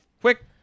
quick